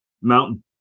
mountain